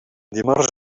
dimarts